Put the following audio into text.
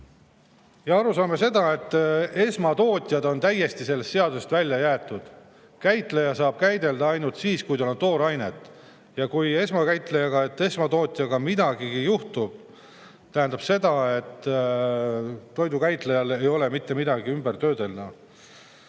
Ma saan aru, et esmatootjad on täiesti sellest seadusest välja jäetud. Käitleja aga saab käidelda ainult siis, kui tal on toorainet. Kui esmatootjaga midagi juhtub, tähendab see seda, et toidukäitlejal ei ole mitte midagi ümber töödelda.